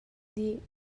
dih